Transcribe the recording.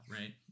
right